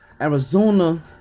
Arizona